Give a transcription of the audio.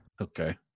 Okay